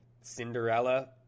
Cinderella